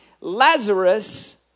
Lazarus